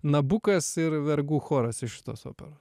nabukas ir vergų choras iš tos operos